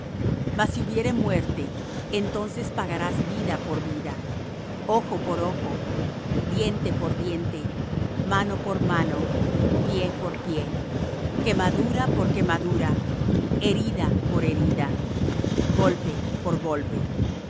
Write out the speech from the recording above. mas si hubiere muerte entonces pagarás vida por vida ojo por ojo diente por diente mano por mano pie por pie quemadura por quemadura herida por herida golpe por golpe